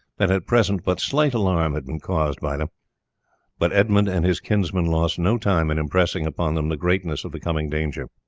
that at present but slight alarm had been caused by them but edmund and his kinsman lost no time in impressing upon them the greatness of the coming danger.